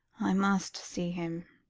i must see him,